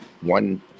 one